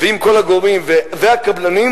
עם כל הגורמים והקבלנים,